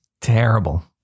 Terrible